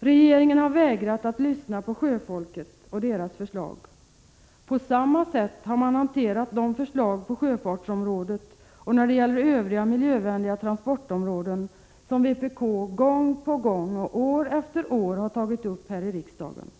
Regeringen har vägrat att lyssna på sjöfolket och deras förslag. På samma sätt har man hanterat de förslag på sjöfartsområdet och när det gäller övriga miljövänliga transportområden som vpk gång på gång och år efter år har tagit upp här i riksdagen.